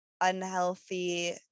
unhealthy